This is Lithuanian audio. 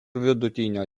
vidutinio